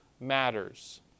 matters